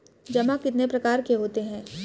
जमा कितने प्रकार के होते हैं?